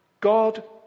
God